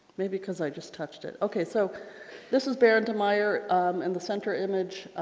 maybe because i just touched it. okay so this is baron de meyer in the center image.